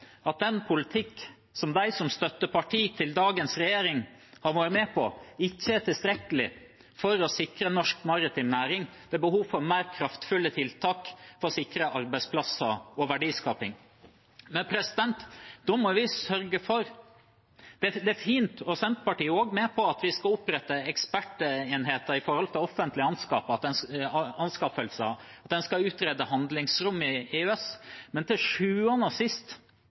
at den politikken som de som støtteparti til dagens regjering har vært med på, ikke er tilstrekkelig for å sikre norsk maritim næring. Det er behov for mer kraftfulle tiltak for å sikre arbeidsplasser og verdiskaping. Det er fint, og Senterpartiet er også med på at vi skal opprette ekspertenheter når det gjelder offentlige anskaffelser, at en skal utrede handlingsrom i EØS-avtalen. Men til sjuende og sist